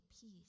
peace